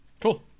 Cool